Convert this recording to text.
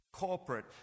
corporate